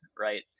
right